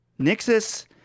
Nixus